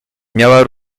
miała